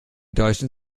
deutschen